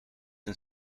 een